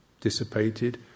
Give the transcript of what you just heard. dissipated